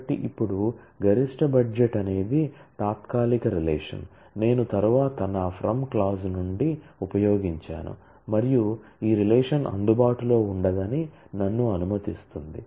కాబట్టి ఇది రీనేమింగ్ నుండి ఉపయోగించాను మరియు ఈ రిలేషన్ అందుబాటులో ఉండదని నన్ను అనుమతిస్తుంది